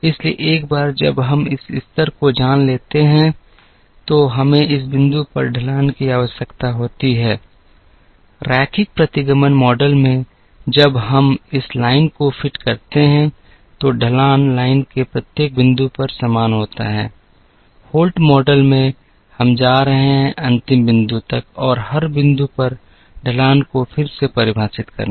इसलिए एक बार जब हम इस स्तर को जान लेते हैं तो हमें इस बिंदु पर ढलान की भी आवश्यकता होती है रैखिक प्रतिगमन मॉडल में जब हम लाइन को फिट करते हैं तो ढलान लाइन के प्रत्येक बिंदु पर समान होता है होल्ट मॉडल में हम जा रहे हैं अंतिम बिंदु तक और हर बिंदु पर ढलान को फिर से परिभाषित करना